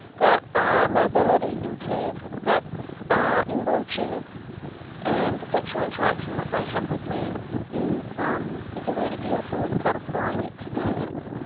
that are mobility impaired, that are in wheelchairs and the sexual interaction that they have with me is um a really beautiful and satisfying experience.